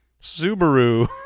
Subaru